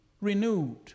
renewed